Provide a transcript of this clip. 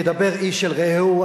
כדבר איש אל רעהו,